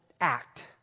act